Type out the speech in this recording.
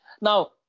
Now